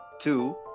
Two